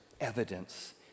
evidence